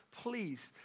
please